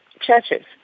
churches